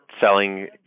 selling